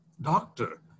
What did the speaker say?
doctor